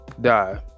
die